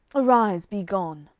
arise, be gone.